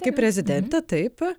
kaip rezidentė taip